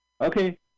Okay